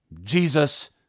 Jesus